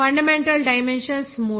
fundamental dimensions మూడు